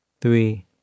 three